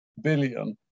billion